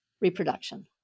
reproduction